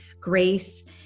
grace